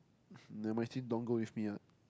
nevermind actually don't want to go with me what